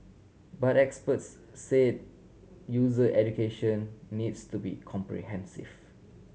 but experts say user education needs to be comprehensive